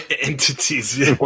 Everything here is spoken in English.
entities